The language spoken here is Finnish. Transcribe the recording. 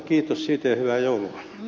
kiitos siitä ja hyvää joulua